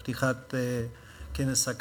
ובדרכוני שירות עם ממשלת הרפובליקה של אזרבייג'ן,